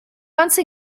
once